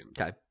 Okay